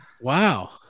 Wow